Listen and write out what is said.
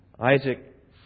Isaac